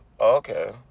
okay